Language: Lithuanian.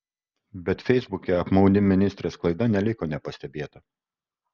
bet feisbuke apmaudi ministrės klaida neliko nepastebėta